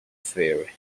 fire